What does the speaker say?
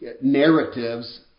narratives